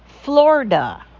Florida